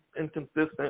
inconsistent